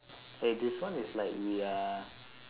eh this one is like we are